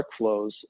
workflows